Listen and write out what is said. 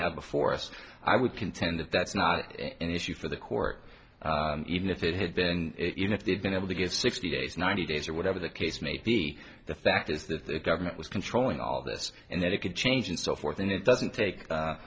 have before us i would contend that that's not an issue for the court even if it had been you know if they had been able to get sixty days ninety days or whatever the case may be the fact is that the government was controlling all this and that it could change and so forth and it doesn't take